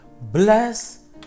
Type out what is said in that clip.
Bless